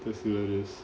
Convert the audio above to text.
if you like this